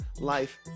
life